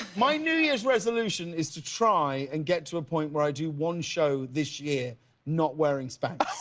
my new year's resolution is to try and get to a point where i do one show this year not wearing speks